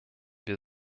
wir